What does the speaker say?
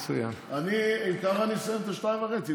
אם כך אני אסיים שתיים וחצי דקות,